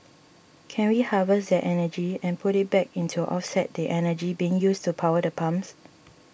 can we harvest that energy and put it back in to offset the energy being used to power the pumps